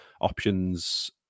options